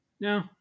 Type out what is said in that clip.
no